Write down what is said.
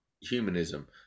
humanism